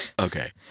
Okay